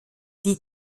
die